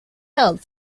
held